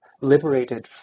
liberated